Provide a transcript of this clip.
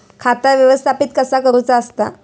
खाता व्यवस्थापित कसा करुचा असता?